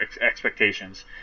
expectations